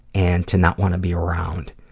and to not want to be around.